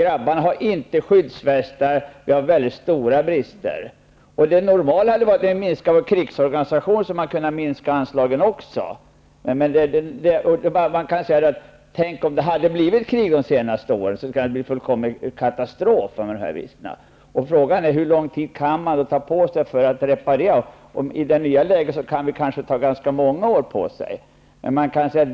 Grabbarna har inte skyddsvästar, och det finns andra stora brister. Det normala hade varit att när man minskar på krigsorganisationen hade man också kunnat minska på anslagen. Tänk om det hade blivit krig de senaste åren! Då hade det blivit fullkomlig katastrof med dessa brister. Frågan är hur lång tid det får ta att reparera dessa brister. I det nya läget kan vi kanske ta ganska många år på oss.